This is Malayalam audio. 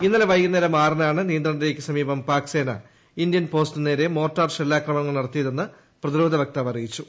ഇന്നലെ വൈകുന്നേരം ആറിനാണ് ന്നീയന്ത്രണരേഖയ്ക്ക് സമീപം പാക് സേന ഇന്ത്യൻ പോസ്റ്റിനു നേര്ത് ് മോർട്ടാർ ഷെല്ലാക്രമണങ്ങൾ നടത്തിയെന്ന് പ്രതിരോധ വക്താവ് അറിയിച്ചു